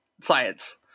science